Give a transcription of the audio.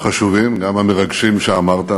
החשובים וגם המרגשים שאמרת.